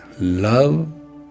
love